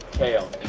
kale.